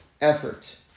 effort